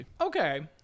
Okay